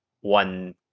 one